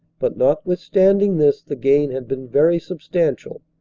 but notwithstanding this the gain had been very substantial,